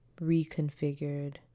reconfigured